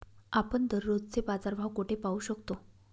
आपण दररोजचे बाजारभाव कोठे पाहू शकतो?